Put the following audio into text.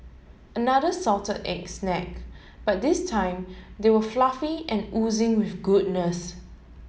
another salted egg snack but this time they are fluffy and oozing with goodness